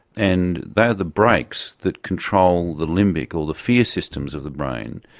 and they are the brakes that control the limbic or the fear systems of the brain.